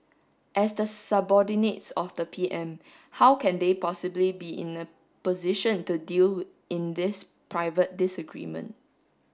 as the subordinates of the PM how can they possibly be in a position to deal in this private disagreement